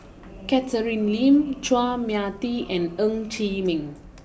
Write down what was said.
Catherine Lim Chua Mia Tee and Ng Chee Meng